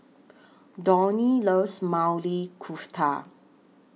Donnie loves Maili Kofta